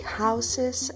houses